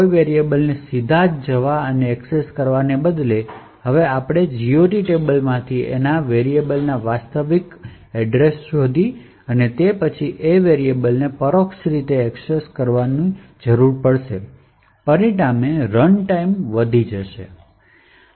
કોઈ વેરીયેબલને સીધા જ જવા અને એક્સેસ કરવાને બદલે હવે આપણે GOT ટેબલમાંથી વાસ્તવિક વેરીયેબલશોધવા અને પછી તે ચલની પરોક્ષ એક્સેસ કરવાની જરૂર છે પરિણામે રનટાઈમ વધે છે